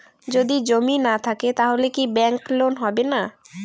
যদি জমি না থাকে তাহলে কি ব্যাংক লোন হবে না?